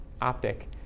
optic